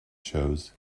shows